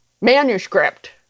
manuscript